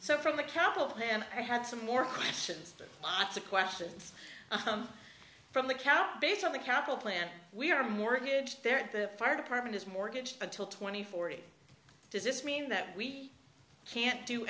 so from the capital plan i had some more questions lots of questions come from the cow based on the capital plan we are mortgage there at the fire department is mortgage patil twenty forty does this mean that we can't do